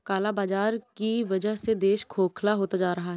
काला बाजार की वजह से देश खोखला होता जा रहा है